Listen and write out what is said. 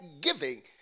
giving